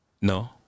No